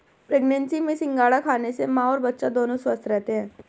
pregnancy में सिंघाड़ा खाने से मां और बच्चा दोनों स्वस्थ रहते है